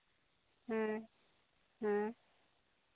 ᱦᱮᱸ ᱦᱮᱸ